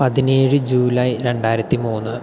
പതിനേഴ് ജൂലൈ രണ്ടായിരത്തി മൂന്ന്